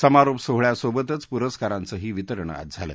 समारोप सोहळ्यासोबतच पुरस्कारांचंही वितरण आज झालं